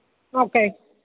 okay